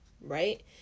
right